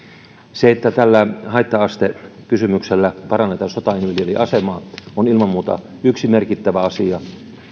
se että tällä haitta astekysymyksellä parannetaan sotainvalidien asemaa on ilman muuta yksi merkittävä asia